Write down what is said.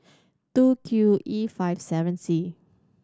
two Q E five seven C